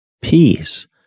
peace